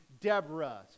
Deborah